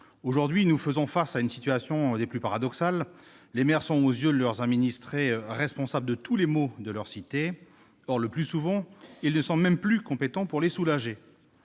Aujourd'hui, nous faisons face à une situation des plus paradoxales : les maires sont, aux yeux de leurs administrés, responsables de tous les maux de leur cité. Or, le plus souvent, ils ne sont même plus compétents pour les soulager.